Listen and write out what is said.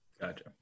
Gotcha